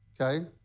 okay